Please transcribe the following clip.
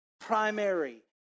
primary